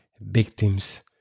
victims